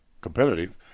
competitive